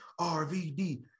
RVD